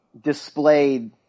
displayed